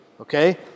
Okay